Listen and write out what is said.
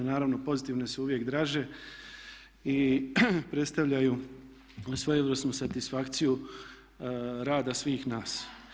Naravno pozitivne su uvijek draže i predstavljaju svojevrsnu satisfakciju rada svih nas.